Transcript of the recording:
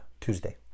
Tuesday